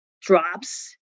drops